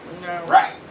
Right